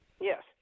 Yes